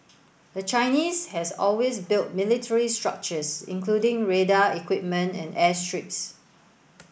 the Chinese has always built military structures including radar equipment and airstrips